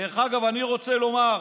דרך אגב, אני רוצה לומר,